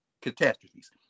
catastrophes